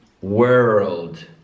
world